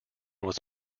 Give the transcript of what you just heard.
was